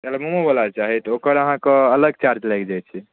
एलबमोवला चाही तऽ ओकर अहाँकेँ अलग चार्ज लागि जाइत छै